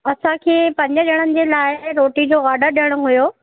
असांखे पंज ॼणण जे लाइ रोटी जो ऑडर ॾियणो हुयो